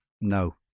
No